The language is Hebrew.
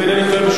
אם אינני טועה,